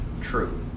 true